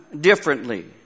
differently